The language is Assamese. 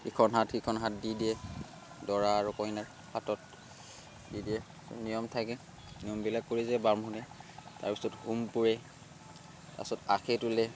সিখন হাত সিখন হাত দি দিয়ে দৰা আৰু কইনাক হাতত দি দিয়ে নিয়ম থাকে নিয়মবিলাক কৰি যায় বামুণে তাৰপিছত হোম পোৰে তাৰপিছত আখে তোলে